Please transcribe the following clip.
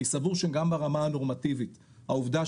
אני סבור שגם ברמה הנורמטיבית העובדה